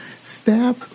Step